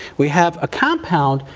we have a compound,